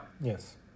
Yes